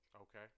Okay